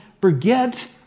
forget